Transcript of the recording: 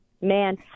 Man